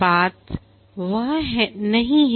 बात वह नहीं है